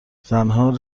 زنها